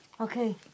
Okay